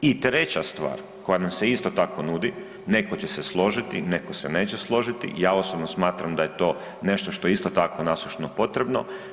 I treća stvar koja nam se isto tako nudi, neko će se složiti, neko se neće složiti, ja osobno smatram da to nešto što je isto tako nasušno potrebno.